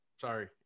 sorry